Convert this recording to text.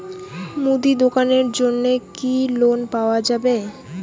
মুদি দোকানের জন্যে কি লোন পাওয়া যাবে?